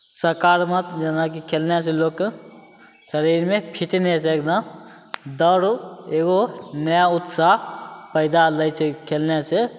सकारत्मक जेनाकि खेले से लोकके शरीरमे फिटनेस एगदम दौड़ो एगो नया उत्साह पैदा लै छै खेले से